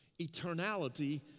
Eternality